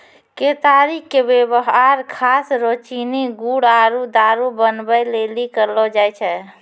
केतारी के वेवहार खास रो चीनी गुड़ आरु दारु बनबै लेली करलो जाय छै